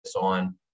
on